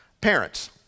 parents